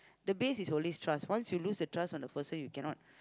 the base is always trust once you lose the trust for the person you cannot